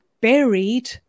buried